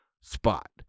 spot